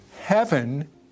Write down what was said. Heaven